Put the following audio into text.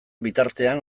bitartean